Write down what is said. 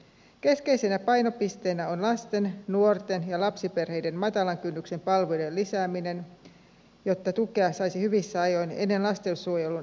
keskeisenä painopisteenä on lasten nuorten ja lapsiperheiden matalan kynnyksen palvelujen lisääminen jotta tukea saisi hyvissä ajoin ennen lastensuojelun asiakkuutta